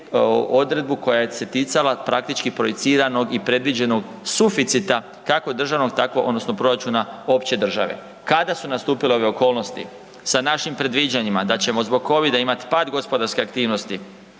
odredbu koja se ticala praktički projiciranog i predviđenog suficita, kako državnog tako odnosno proračuna opće države. Kada su nastupile ove okolnosti sa našim predviđanjima da ćemo zbog covida imat pad gospodarske aktivnosti,